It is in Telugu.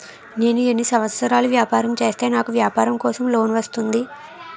నేను ఎన్ని సంవత్సరాలు వ్యాపారం చేస్తే నాకు వ్యాపారం కోసం లోన్ వస్తుంది?